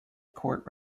court